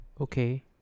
Okay